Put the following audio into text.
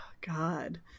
god